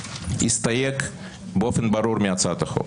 הסתייג באופן ברור מהצעת החוק.